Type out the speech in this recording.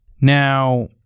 Now